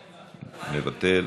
מוותר,